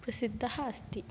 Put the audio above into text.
प्रसिद्धा अस्ति